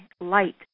light